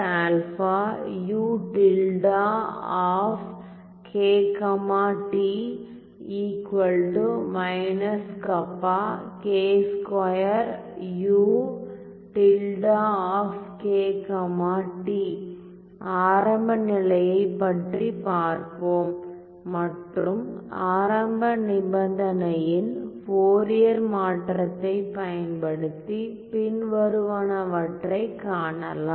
ஆரம்ப நிலையைப் பற்றி பார்ப்போம் மற்றும் ஆரம்ப நிபந்தனையின் ஃபோரியர் மாற்றத்தைப் பயன்படுத்தி பின்வருவனவற்றைக் காணலாம்